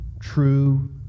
true